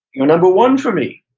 you're number one for me.